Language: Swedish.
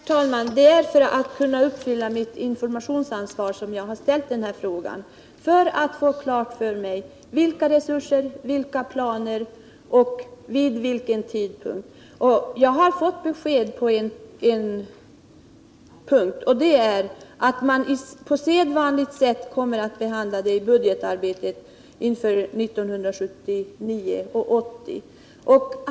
Herr talman! Det är för att kunna uppfylla mitt informationsansvar som jag ställt den här frågan för att få klart för mig vilka resurser det gäller, vilka planer som föreligger och vid vilken tidpunkt åtgärderna kommer att sättas i gång. Jag har fått besked på en punkt — att man på sedvanligt sätt kommer att behandla ärendet i budgetarbetet inför år 1979/80.